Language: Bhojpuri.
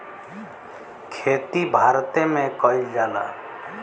खेती भारते मे कइल जाला